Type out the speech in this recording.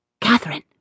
Catherine